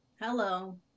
Hello